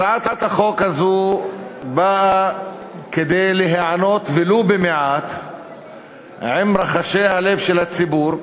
הצעת החוק הזאת באה כדי להיענות ולו במעט לרחשי הלב של הציבור.